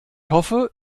hoffe